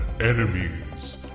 enemies